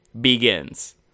begins